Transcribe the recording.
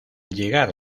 llegar